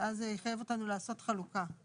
ואז זה יחייב אותנו לעשות חלוקה.